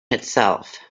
itself